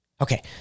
Okay